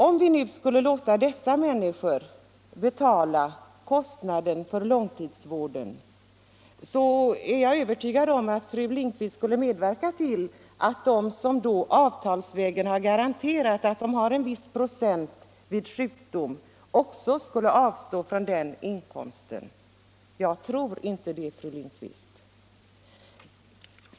Om vi nu skulle låta dessa människor betala kostnaden för långtidsvården är jag inte helt övertygad om att fru Lindquist skulle medverka till att även de som avtalsvägen fått garantier för att de vid sjukdom får en viss procent av lönen skulle avstå från den inkomsten. Jag tror inte det, fru Lindquist.